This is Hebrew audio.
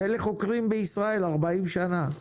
ואלה חוקרים בישראל במשך 40 שנים.